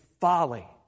folly